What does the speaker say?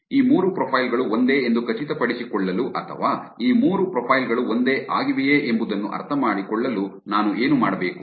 ಈ ಮೂರು ಪ್ರೊಫೈಲ್ ಗಳು ಒಂದೇ ಎಂದು ಖಚಿತಪಡಿಸಿಕೊಳ್ಳಲು ಅಥವಾ ಈ ಮೂರು ಪ್ರೊಫೈಲ್ ಗಳು ಒಂದೇ ಆಗಿವೆಯೇ ಎಂಬುದನ್ನು ಅರ್ಥಮಾಡಿಕೊಳ್ಳಲು ನಾನು ಏನು ಮಾಡಬೇಕು